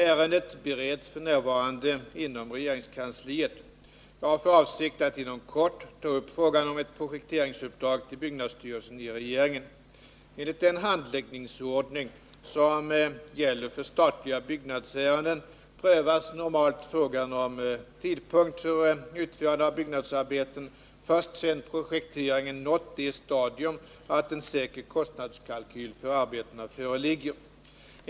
Ärendet bereds f. n. inom regeringskansliet. Jag har för avsikt att inom kort ta upp frågan om ett projekteringsuppdrag till byggnadsstyrelsen i regeringen. Enligt den handläggningsordning som gäller för statliga byggnadsärenden prövas normalt frågan om tidpunkt för utförande av byggnadsarbetena först sedan projekteringen nått det stadium att en säker kostnadskalkyl för arbetena föreligger.